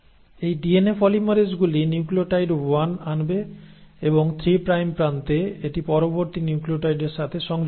এই ডিএনএ পলিমারেজগুলি নিউক্লিওটাইড 1 আনবে এবং 3 প্রাইম প্রান্তে এটি পরবর্তী নিউক্লিওটাইডের সাথে সংযুক্ত হবে